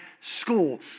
school